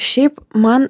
šiaip man